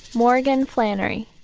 morgan flannery.